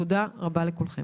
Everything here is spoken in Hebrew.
תודה רבה לכולם,